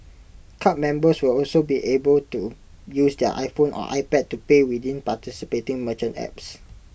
card members will also be able to use their iPhone or iPad to pay within participating merchant apps